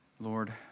Lord